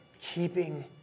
keeping